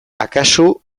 akaso